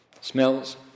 smells